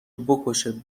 بکشه